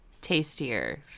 tastier